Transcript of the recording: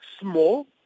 small